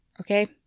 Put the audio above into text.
Okay